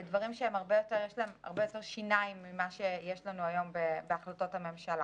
דברים שיש להם הרבה יותר שיניים ממה שיש לנו היום בהחלטות הממשלה.